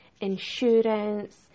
insurance